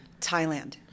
Thailand